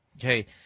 Okay